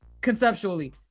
conceptually